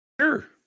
Sure